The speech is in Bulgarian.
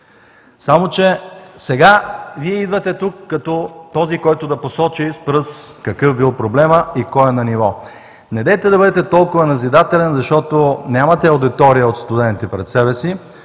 Само че сега Вие идвате тук, като този, който да посочи с пръст какъв бил проблемът и кой е на ниво. Недейте да бъдете толкова назидателен, защото нямате аудитория от студенти първокурсници